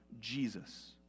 Jesus